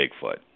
Bigfoot